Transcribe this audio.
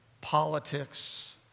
politics